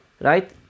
Right